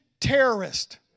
terrorist